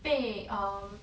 被 um